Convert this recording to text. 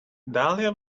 dahlia